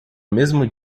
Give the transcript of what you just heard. mesmo